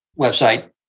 website